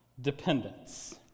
dependence